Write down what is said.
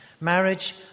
Marriage